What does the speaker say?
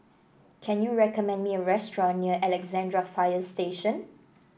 can you recommend me a restaurant near Alexandra Fire Station